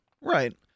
right